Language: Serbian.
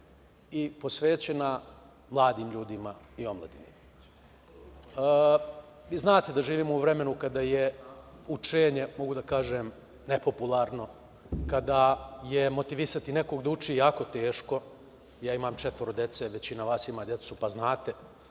i posvećena mladim ljudima i omladini. Vi znate, da živimo u vremenu kada je učenje, mogu da kažem, nepopularno, kada je motivisati nekog da uči jako teško, ja imam četvoro dece, većina vas ima decu, pa znate,